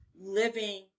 living